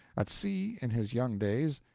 at sea, in his young days,